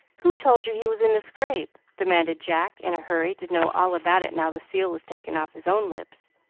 who told you he was in the scrape? demanded jack, in a hurry to know all about it now the seal was taken off his own lips.